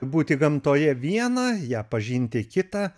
būti gamtoje viena ją pažinti kita